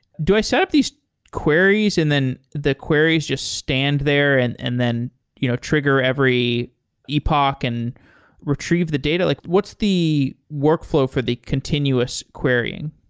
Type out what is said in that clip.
do i set up these queries and then the queries just stand there and and then you know trigger every epoch and retrieve the data? like what's the workflow for the continuous querying?